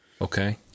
Okay